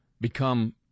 become